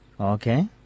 Okay